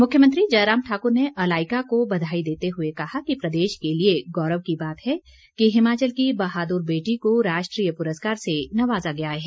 मुख्यमंत्री जयराम ठाकुर ने अलाइका को बधाई देते हुए कहा कि प्रदेश के लिए गौरव की बात है कि हिमाचल की बहादुर बेटी को राष्ट्रीय पुरस्कार से नवाजा गया है